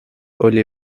oli